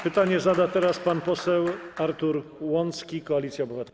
Pytanie zada teraz pan poseł Artur Łącki, Koalicja Obywatelska.